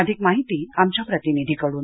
अधिक माहिती आमच्या प्रतिनिधी कडून